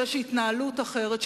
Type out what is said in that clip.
שיש התנהלות אחרת,